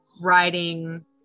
writing